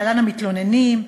להלן: המתלוננים.